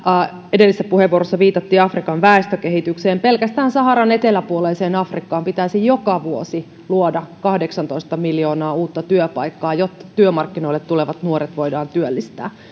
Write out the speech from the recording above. edellisessä puheenvuorossa viitattiin afrikan väestökehitykseen pelkästään saharan eteläpuoliseen afrikkaan pitäisi joka vuosi luoda kahdeksantoista miljoonaa uutta työpaikkaa jotta työmarkkinoille tulevat nuoret voidaan työllistää